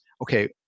okay